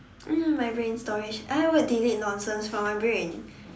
what do you mean my brain storage I would delete nonsense from my brain